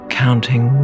counting